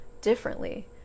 differently